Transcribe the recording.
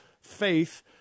faith